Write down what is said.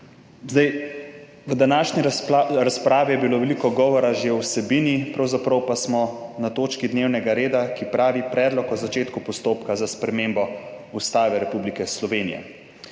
Tacer! V današnji razpravi je bilo že veliko govora o vsebini, pravzaprav pa smo na točki dnevnega reda z naslovom Predlog o začetku postopka za spremembo Ustave Republike Slovenije.